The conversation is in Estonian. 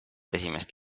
esimest